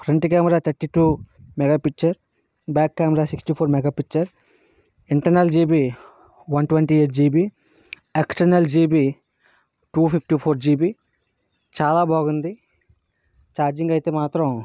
front camera thirty two mega picture back camera sixty four mega picture internal GB one twenty eight GB external GB two fifty four GB చాలా బాగుంది charging అయితే మాత్రం